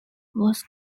was